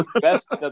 best